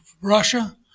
Russia